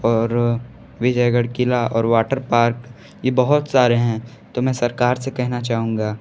और विजयगढ़ किला और वाटर पार्क ये बहुत सारे हैं तो मैं सरकार से कहना चाहूँगा